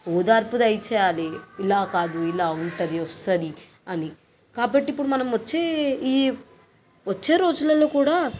ఓదార్పు దయ చేయాలి ఇలా కాదు ఇలా ఉంటది వస్తుంది అని కాబట్టి ఇప్పుడు మనం వచ్చే ఈ వచ్చే రోజులల్లో కూడా